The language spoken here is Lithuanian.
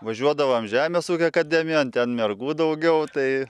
važiuodavom žemės ūkio akademijon ten mergų daugiau tai